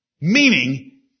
meaning